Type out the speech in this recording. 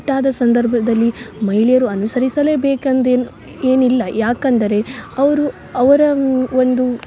ಮುಟ್ಟಾದ ಸಂದರ್ಭದಲ್ಲಿ ಮಹಿಳೆಯರು ಅನುಸರಿಸಲೇ ಬೇಕಂದೇನು ಏನು ಇಲ್ಲ ಯಾಕಂದರೆ ಅವರು ಅವರ ಒಂದು ಸ್